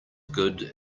good